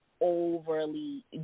overly